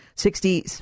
Sixty